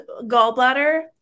gallbladder